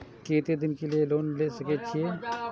केते दिन के लिए लोन ले सके छिए?